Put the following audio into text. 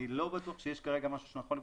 אני לא בטוח שיש כרגע משהו שאני יכול למחוק.